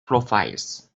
profiles